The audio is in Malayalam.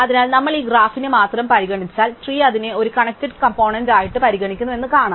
അതിനാൽ നമ്മൾ ഈ ഗ്രാഫിനെ മാത്രം പരിഗണിച്ചാൽ ട്രീ അതിനെ ഒരു കണ്ണെക്ടഡ് കംപോണേന്റ് ആയിട്ടു പരിഗണിക്കുന്നു എന്ന് കാണാം